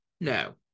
No